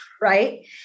right